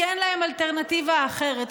כי אין להם אלטרנטיבה אחרת,